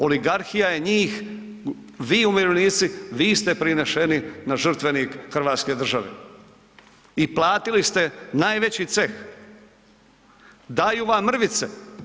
Oligarhija je njih, vi umirovljenici, vi ste prinešeni na žrtvenik hrvatske države i platili ste najveći ceh, daju vam mrvice.